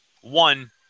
one